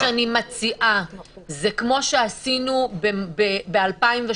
מה שאני מציעה זה כמו שעשינו ב-2018,